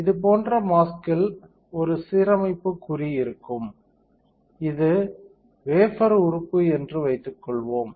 இது போன்ற மாஸ்க்கில் ஒரு சீரமைப்பு குறி இருக்கும் இது வேஃபர் உறுப்பு என்று வைத்துக்கொள்வோம்